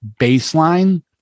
baseline